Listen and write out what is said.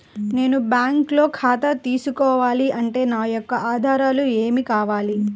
నేను బ్యాంకులో ఖాతా తీసుకోవాలి అంటే నా యొక్క ఆధారాలు ఏమి కావాలి?